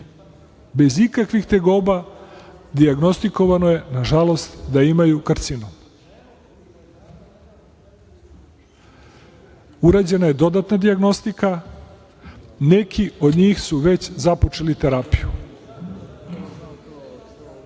bez ikakvih tegoba dijagnostifikovano je, na žalost, da imaju karcinom. Urađena je dodatna dijagnostika, neki od njih su već započeli terapiju.